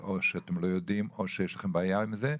שאתם לא יודעים או שיש לכם בעיה עם זה?